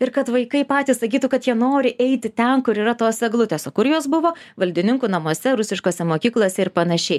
ir kad vaikai patys sakytų kad jie nori eiti ten kur yra tos eglutės o kur jos buvo valdininkų namuose rusiškose mokyklose ir panašiai